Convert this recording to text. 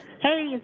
Hey